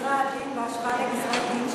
גזרי-הדין בהשוואה לגזרי-הדין של,